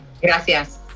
Gracias